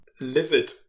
Lizard